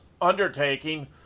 undertaking